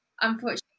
unfortunately